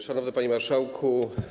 Szanowny Panie Marszałku!